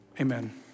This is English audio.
amen